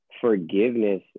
forgiveness